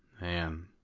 Man